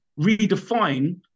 redefine